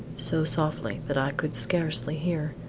so softly that i could scarcely hear.